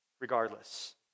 regardless